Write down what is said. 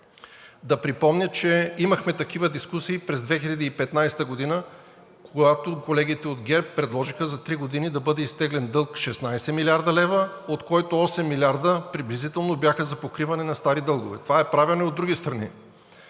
Да припомня, че имахме такива дискусии през 2015 г., когато колегите от ГЕРБ предложиха за три години да бъде изтеглен дълг 16 млрд. лв., от който 8 милиарда приблизително бяха за покриване на стари дългове. Това е правено и от други страни.